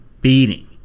beating